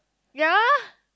ya